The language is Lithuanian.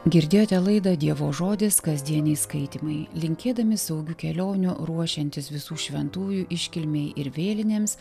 girdėjote laidą dievo žodis kasdieniai skaitymai linkėdami saugių kelionių ruošiantis visų šventųjų iškilmei ir vėlinėms